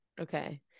Okay